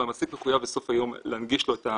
אבל המעסיק מחויב בסוף היום להנגיש לו את העמדה,